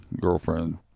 girlfriend